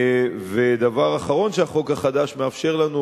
דבר אחרון שהחוק החדש מאפשר לנו,